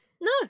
No